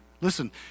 Listen